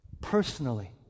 personally